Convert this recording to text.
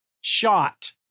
shot